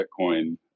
Bitcoin